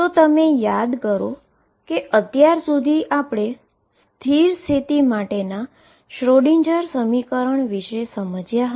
તો તમે યાદ કરો કે અત્યાર સુધી આપણે સ્ટેશનરી સ્ટેટમાટેના શ્રોડિંજર સમીકરણ વિશે સમજ્યા હતા